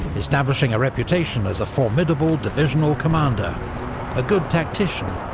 establishing a reputation as a formidable divisional commander a good tactician,